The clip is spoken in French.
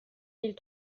mille